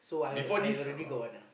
before this uh